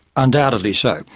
undoubtedly so.